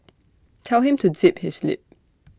tell him to zip his lip